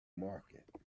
market